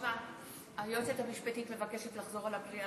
היועצת המשפטית מבקשת לחזור על הקריאה